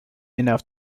enough